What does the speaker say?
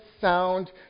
sound